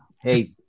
hey